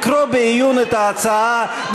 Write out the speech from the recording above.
לקרוא בעיון את ההצעה,